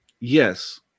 Yes